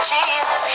Jesus